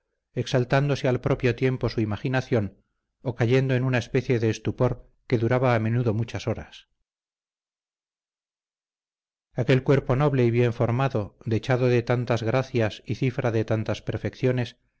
pulso exaltándose al propio tiempo su imaginación o cayendo en una especie de estupor que duraba a menudo muchas horas aquel cuerpo noble y bien formado dechado de tantas gracias y cifra de tantas perfecciones